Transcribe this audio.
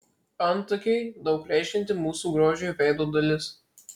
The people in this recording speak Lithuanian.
antakiai daug reiškianti mūsų grožiui veido dalis